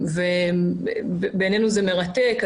בעינינו זה מרתק.